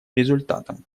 результатом